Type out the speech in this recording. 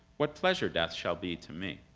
what pleasure death shall be to me.